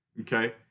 Okay